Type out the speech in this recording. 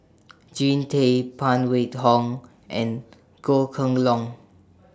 Jean Tay Phan Wait Hong and Goh Kheng Long